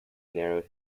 narrowed